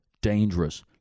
Dangerous